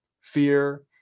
fear